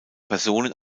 personen